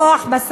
בכוח האדם,